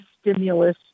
stimulus